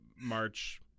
March